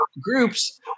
groups